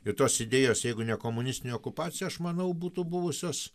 ir tos idėjos jeigu ne komunistinė okupacija aš manau būtų buvusios